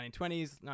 1920s